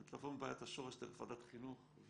זאת אומרת לבוא מבעיית השורש דרך ועדת חינוך,